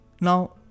Now